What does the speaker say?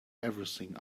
everything